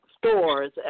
Stores